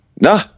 Nah